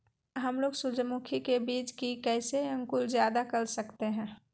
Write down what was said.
हमलोग सूरजमुखी के बिज की कैसे अंकुर जायदा कर सकते हैं?